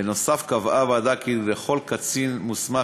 בנוסף קבעה הוועדה כי לכל קצין מוסמך